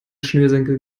schnürsenkel